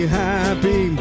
happy